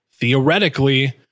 theoretically